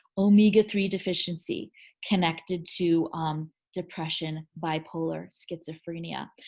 omega three deficiency connected to depression, bipolar, schizophrenia.